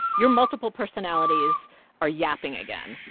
your multiple personalities are yapping again.